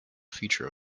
feature